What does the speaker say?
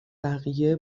بقیه